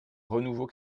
renouveau